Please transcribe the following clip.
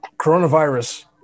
coronavirus